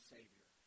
Savior